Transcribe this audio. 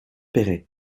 péray